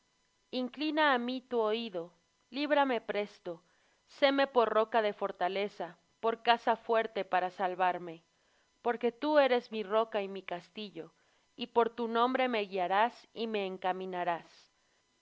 inclina á mí tu oído líbrame presto séme por roca de fortaleza por casa fuerte para salvarme porque tú eres mi roca y mi castillo y por tu nombre me guiarás y me encaminarás me